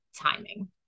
timing